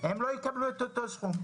הם לא יקבלו את אותו הסכום.